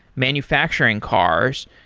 manufacturing cars,